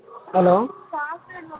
hello